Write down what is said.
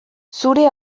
zure